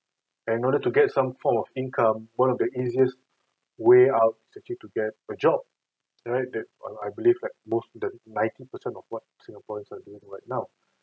and in order to get some form of income one of the easiest way out is actually to get a job alright that I I believe that most of the ninety percent of what singaporeans are doing right now